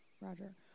Roger